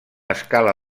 escala